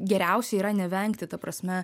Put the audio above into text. geriausiai yra nevengti ta prasme